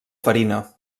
farina